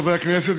חברי הכנסת,